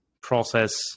process